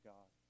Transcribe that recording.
God